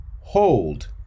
Hold